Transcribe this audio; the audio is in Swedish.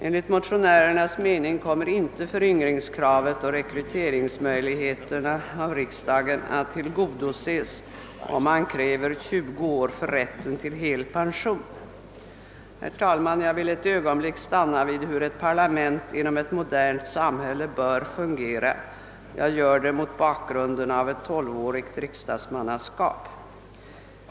Enligt motionärernas mening kommer inte föryngringskravet och rekryteringsmöjligheterna för riksdagen att tillgodoses om man kräver 20 år för rätten till hel pension. Herr talman! Jag vill ett ögonblick stanna vid hur ett parlament inom ett modernt samhälle bör fungera. Jag gör det mot bakgrunden av ett tolvårigt riksdagsmannaskap.